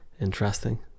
Interesting